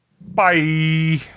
Bye